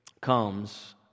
comes